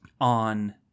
on